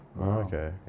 okay